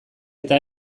eta